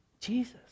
Jesus